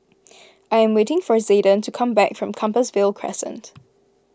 I am waiting for Zayden to come back from Compassvale Crescent